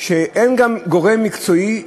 שאין גם גורם מקצועי,